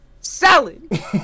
salad